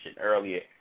earlier